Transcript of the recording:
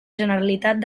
generalitat